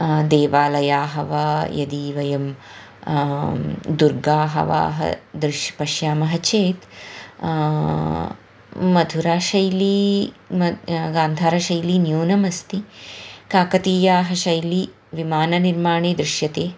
देवालयाः वा यदि वयं दुर्गानि वाः दृश् पश्यामः चेत् मधुराशैली मान् गान्धारशैली न्यूनमस्ति काकतीयाः शैली विमाननिर्माणे दृश्यते